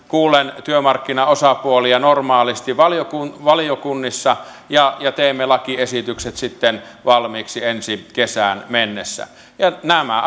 kuullen työmarkkinaosapuolia normaalisti valiokunnissa valiokunnissa ja ja teemme lakiesitykset sitten valmiiksi ensi kesään mennessä nämä